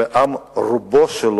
ועם שרובו,